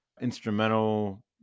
instrumental